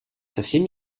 совсем